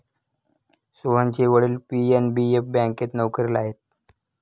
सोहनचे वडील पी.एन.बी बँकेत नोकरीला आहेत